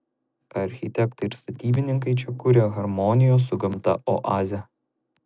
architektai ir statybininkai čia kuria harmonijos su gamta oazę